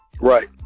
Right